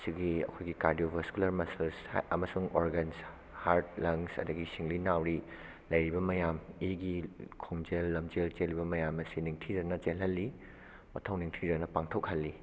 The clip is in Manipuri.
ꯁꯤꯒꯤ ꯑꯩꯈꯣꯏꯒꯤ ꯀꯥꯔꯗꯤꯑꯣ ꯕꯥꯁꯀꯨꯂꯔ ꯃꯁꯜꯁ ꯑꯃꯁꯨꯡ ꯑꯣꯔꯒꯥꯟ ꯍꯥꯔꯠ ꯂꯪꯁ ꯑꯗꯒꯤ ꯁꯤꯡꯂꯤ ꯅꯥꯎꯔꯤ ꯂꯩꯔꯤꯕ ꯃꯌꯥꯝ ꯏꯒꯤ ꯈꯣꯝꯖꯦꯜ ꯂꯝꯖꯦꯟ ꯆꯦꯜꯂꯤꯕ ꯃꯌꯥꯝ ꯑꯁꯤ ꯅꯤꯡꯊꯤꯖꯅ ꯆꯦꯜꯍꯜꯂꯤ ꯃꯊꯧ ꯅꯤꯡꯊꯤꯖꯅ ꯄꯥꯡꯊꯣꯛꯍꯜꯂꯤ